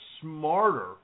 smarter